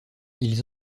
ils